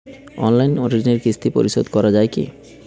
Online ঋণের কিস্তি পরিশোধ করা যায় কি?